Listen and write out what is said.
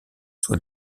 soit